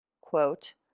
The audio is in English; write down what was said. quote